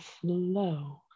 slow